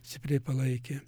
stipriai palaikė